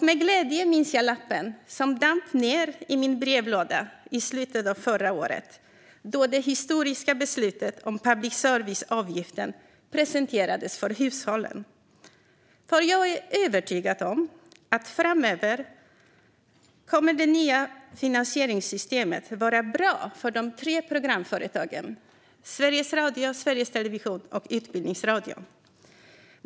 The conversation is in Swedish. Med glädje minns jag lappen som damp ned i min brevlåda i slutet av förra året då det historiska beslutet om public service-avgiften presenterades för hushållen. För jag är övertygad om att framöver kommer det nya finansieringssystemet att vara bra för de tre programföretagen Sveriges Radio, Sveriges Television och Utbildningsradion.